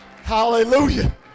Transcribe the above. Hallelujah